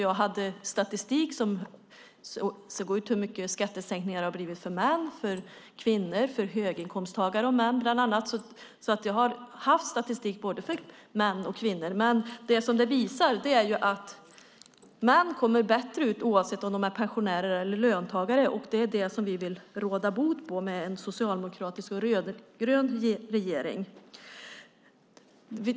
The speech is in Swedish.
Jag hade statistik som visar hur stora skattesänkningarna har blivit för män, för kvinnor och för höginkomsttagare. Jag har statistik för både män och kvinnor. Statistiken visar att män kommer bättre ut oavsett om de är pensionärer eller löntagare. Det vill vi råda bot på med en socialdemokratisk och rödgrön regering.